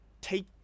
take